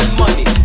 money